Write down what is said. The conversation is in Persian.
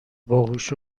باهوش